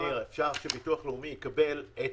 אפשר שביטוח לאומי יקבל את